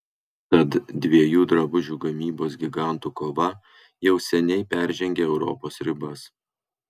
tad dviejų drabužių gamybos gigantų kova jau seniai peržengė europos ribas